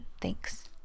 Thanks